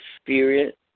spirit